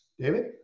David